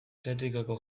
athleticeko